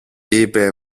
είπε